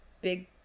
big